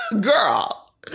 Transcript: girl